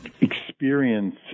experience